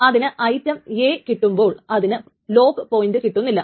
അതിന് item A കിട്ടുമ്പോൾ അതിന് ലോക്ക് പോയിന്റ് കിട്ടുന്നില്ല